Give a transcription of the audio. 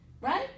right